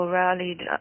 rallied